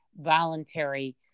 voluntary